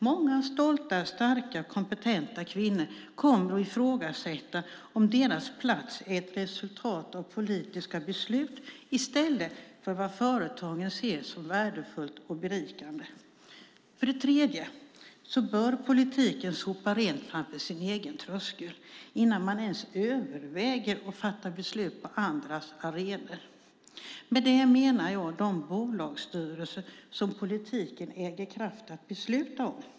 Många stolta, starka och kompetenta kvinnor kommer att ifrågasätta om deras plats är ett resultat av politiska beslut i stället för vad företaget ser som värdefullt och berikande. För det tredje bör politikerna sopa rent framför egen dörr innan man ens överväger att fatta beslut på andras arenor. Med det menar jag de bolagsstyrelser som politikerna äger kraft att besluta om.